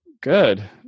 Good